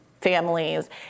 families